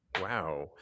Wow